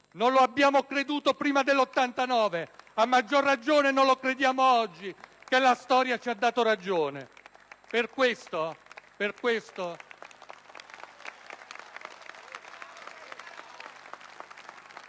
non lo abbiamo creduto prima del 1989, a maggior ragione non lo crediamo oggi che la storia ci ha dato ragione. *(Vivi